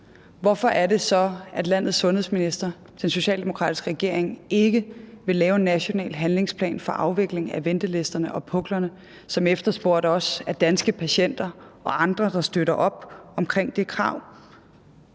Hvorfor er det så, at landets sundhedsminister, den socialdemokratiske regering ikke vil lave en national handlingsplan for afvikling af ventelisterne og puklerne, som også efterspurgt af Danske Patienter og andre, der støtter op om det krav?